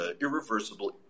irreversible